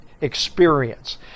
experience